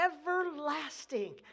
everlasting